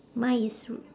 mine is r~